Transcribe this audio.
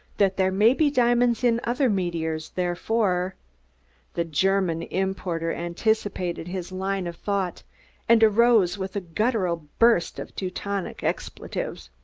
that there may be diamonds in other meteors, therefore the german importer anticipated his line of thought and arose with a guttural burst of teutonic expletives.